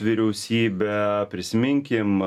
vyriausybę prisiminkim